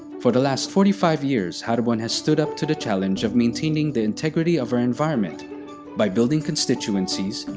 for the last forty five years, haribon has stood up to the challenge of maintaining the integrity of our environment by building constituencies,